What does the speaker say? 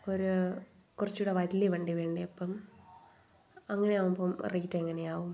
ഒരു കുറച്ച് കൂടെ വലിയ വണ്ടി വേണ്ടേ അപ്പം അങ്ങനെ ആകുമ്പോൾ റേറ്റ് എങ്ങനെ ആകും